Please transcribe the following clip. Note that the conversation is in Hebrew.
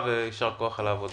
ויישר כוח על העבודה.